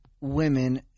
women